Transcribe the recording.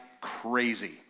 crazy